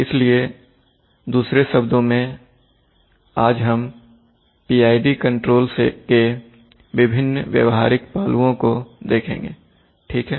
इसलिए दूसरे शब्दों में आज हम PID कंट्रोल के विभिन्न व्यवहारिक पहलुओं को देखेंगे ठीक है